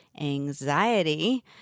anxiety